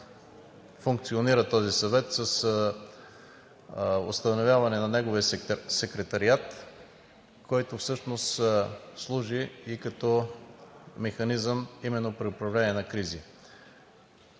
как функционира този Съвет – с установяване на неговия секретариат, който всъщност служи и като механизъм именно при управление на кризи?